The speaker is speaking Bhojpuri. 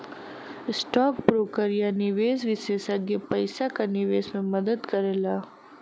स्टौक ब्रोकर या निवेश विषेसज्ञ पइसा क निवेश में मदद करला